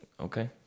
Okay